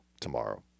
tomorrow